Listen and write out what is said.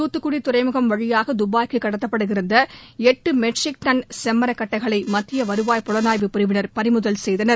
தூத்துக்குடி துறைமுகம் வழியாக துபாய்க்கு கடத்தப்பட இருந்த எட்டு மெட்ரிக் டன் செம்மரக் கட்டைகளை மத்திய வருவாய் புலனாய்வுப் பிரிவினர் பறிமுதல் செய்தனர்